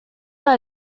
are